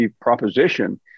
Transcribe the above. proposition